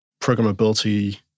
programmability